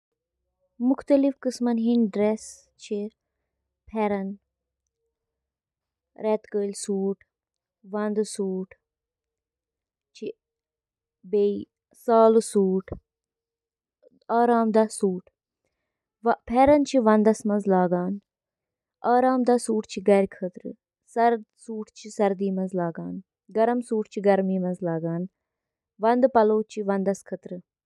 اکھ ٹوسٹر چُھ گرمی پٲدٕ کرنہٕ خٲطرٕ بجلی ہنٛد استعمال کران یُس روٹی ٹوسٹس منٛز براؤن چُھ کران۔ ٹوسٹر اوون چِھ برقی کرنٹ سۭتۍ کوائلن ہنٛد ذریعہٕ تیار گژھن وٲل انفراریڈ تابکٲری ہنٛد استعمال کٔرتھ کھین بناوان۔